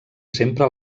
sempre